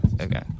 Okay